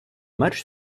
match